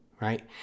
right